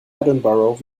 edinburgh